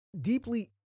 deeply